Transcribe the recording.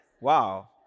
Wow